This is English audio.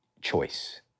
choice